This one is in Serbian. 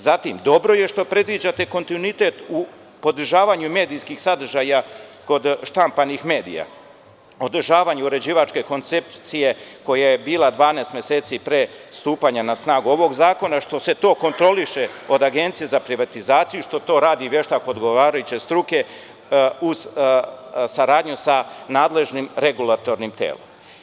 Zatim, dobro je što predviđate kontinuitet u održavanju medijskih sadržaja kod štampanih medija, održavanju uređivačke koncepcije koja je bila 12 meseci pre stupanja na snagu ovog zakona, što se to kontroliše od Agencije za privatizaciju, što to radi veštak odgovarajuće struke, uz saradnju sa nadležnim regulatornim telom.